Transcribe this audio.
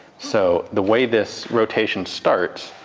so the way this rotation starts,